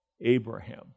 Abraham